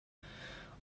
可能